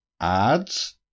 Ads